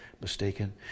mistaken